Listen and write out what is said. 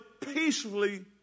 peacefully